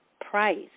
Price